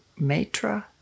Matra